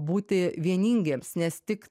būti vieningiems nes tik